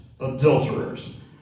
adulterers